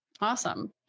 awesome